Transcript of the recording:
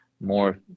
more